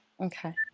Okay